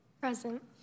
Present